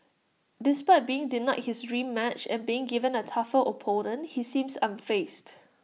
despite being denied his dream match and being given A tougher opponent he seems unfazed